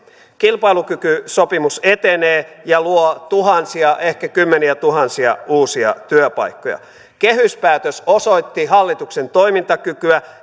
kilpailukykysopimus etenee ja luo tuhansia ehkä kymmeniätuhansia uusia työpaikkoja kehyspäätös osoitti hallituksen toimintakykyä